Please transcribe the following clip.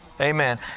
Amen